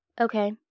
Okay